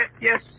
Yes